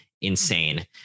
insane